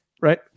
right